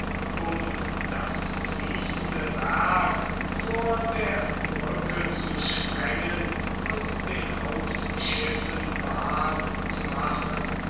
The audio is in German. um das fließende werk vor der brücke zu sprengen und den hauptschiffen bahn zu machen